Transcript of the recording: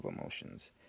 emotions